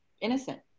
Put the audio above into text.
innocent